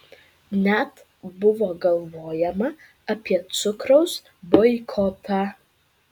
net buvo galvojama apie cukraus boikotą